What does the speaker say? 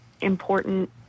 important